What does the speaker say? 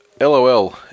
LOL